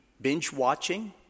binge-watching